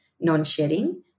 non-shedding